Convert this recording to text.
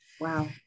Wow